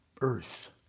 earth